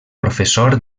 professor